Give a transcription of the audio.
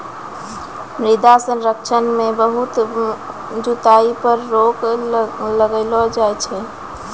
मृदा संरक्षण मे बहुत जुताई पर रोक लगैलो जाय छै